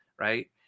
right